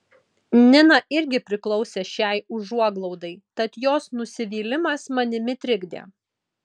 nina irgi priklausė šiai užuoglaudai tad jos nusivylimas manimi trikdė